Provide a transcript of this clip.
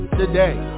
today